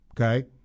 okay